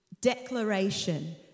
declaration